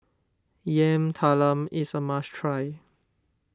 Yam Talam is a must try